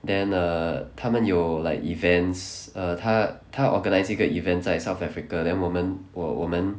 then err 他们有 like events err 她他 organise 一个 event 在 south africa then 我们我我们